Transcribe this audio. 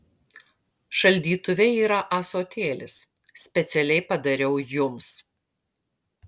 šaldytuve yra ąsotėlis specialiai padariau jums